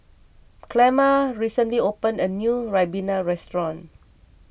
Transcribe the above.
Clemma recently opened a new Ribena restaurant